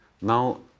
Now